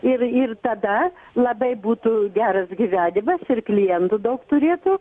ir ir tada labai būtų geras gyvenimas ir klientų daug turėtų